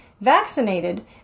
vaccinated